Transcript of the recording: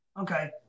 Okay